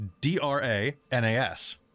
D-R-A-N-A-S